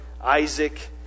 Isaac